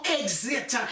exit